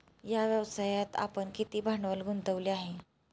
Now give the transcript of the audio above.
या व्यवसायात आपण किती भांडवल गुंतवले आहे?